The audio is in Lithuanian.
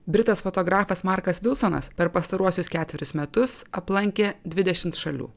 britas fotografas markas vilsonas per pastaruosius ketverius metus aplankė dvidešimt šalių